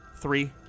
three